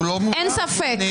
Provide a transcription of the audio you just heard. אין ספק.